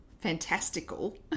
fantastical